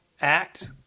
act